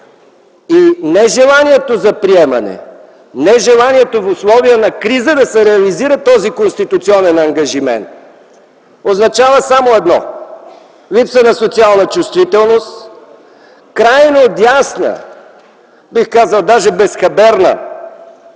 Нежеланието за приемане, нежеланието в условия на криза да се реализира този конституционен ангажимент означава само едно – липса на социална чувствителност, крайно дясна, бих казал даже безхаберна